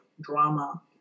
drama